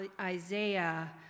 Isaiah